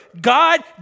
God